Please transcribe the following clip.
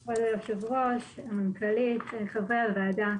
שלום כבוד היושב ראש, המנכ"לית, חברי הוועדה.